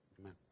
Amen